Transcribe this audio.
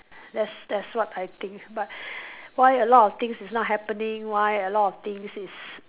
that's that's what I think but why a lot of things is not happening why a lot of things is